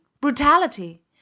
brutality